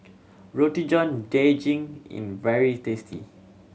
Roti John Daging in very tasty